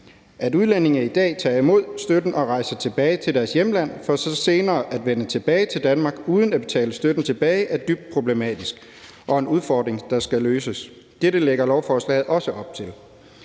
At udlændinge i dag tager imod støtten og rejser tilbage til deres hjemland for så senere at vende tilbage til Danmark uden at betale støtten tilbage, er dybt problematisk og en udfordring, der skal løses. Dette lægger lovforslaget også op til.